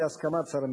בהסכמת שר המשפטים.